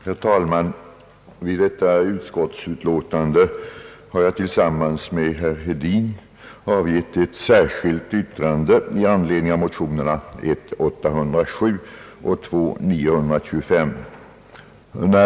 Herr talman! Vid det aktuella utskottsutlåtandet har jag tillsammans med herr Hedin avgett ett särskilt yttrande med anledning av motionerna 1: 807 och II: 925.